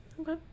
Okay